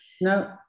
No